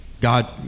God